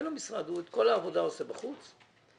ואת כל העבודה הוא עושה בחוץ.